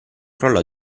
crollò